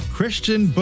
Christian